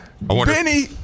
Benny